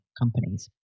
companies